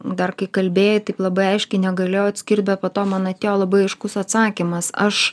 dar kai kalbėjai taip labai aiškiai negalėjau atskirt bet po to man atėjo labai aiškus atsakymas aš